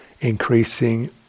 increasing